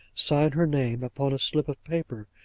sign her name upon a slip of paper,